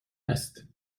است